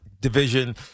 Division